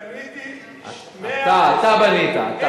אני בניתי 120,000, אתה, אתה בנית.